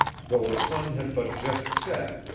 though the sun had but just set,